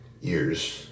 years